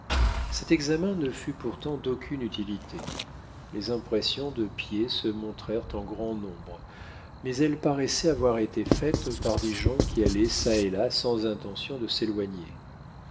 cet examen ne fut pourtant d'aucune utilité les impressions de pied se montrèrent en grand nombre mais elles paraissaient avoir été faites par des gens qui allaient çà et là sans intention de s'éloigner